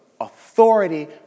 authority